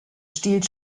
stiehlt